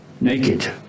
naked